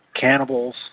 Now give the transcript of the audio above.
cannibals